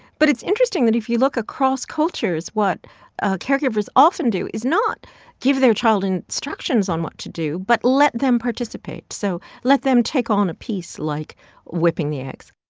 but it's interesting that if you look across cultures, what caregivers often do is not give their child instructions on what to do but let them participate, so let them take on a piece like whipping the eggs